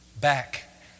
back